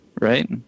right